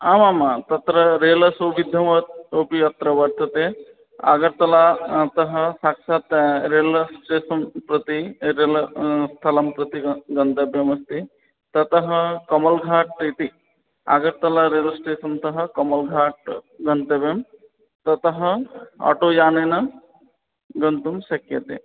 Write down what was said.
आम् आं तत्र रेलसौविध्यम् अतः अपि अत्र वर्तते अगर्तलातः साक्षात् रेलस्टेसन् प्रति रेल स्थलं प्रति ग गन्तव्यम् अस्ति ततः कमलघाट् इति अगर्तला रेलस्टेसनतः कमलघाट् गन्तव्यं ततः आटोयानेन गन्तुं शक्यते